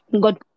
Good